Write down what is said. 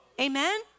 amen